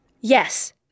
Yes